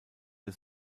der